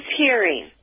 hearing